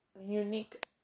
unique